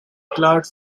cloud